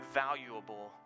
valuable